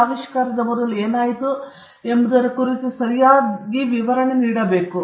ಆವಿಷ್ಕಾರದ ಮೊದಲು ಏನಾಯಿತು ಎಂಬುದರ ಕುರಿತು ಸರಿಯಾದ ಹೋಲ್ಡರ್ ಸಹ ವಿವರಿಸಬೇಕು